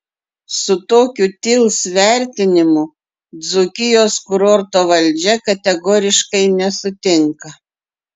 su tokiu tils vertinimu dzūkijos kurorto valdžia kategoriškai nesutinka